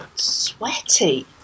sweaty